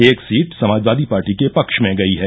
एक सीट समाजवादी पार्टी के पक्ष में गई है